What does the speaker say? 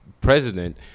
president